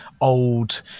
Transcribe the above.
old